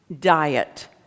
diet